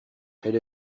elle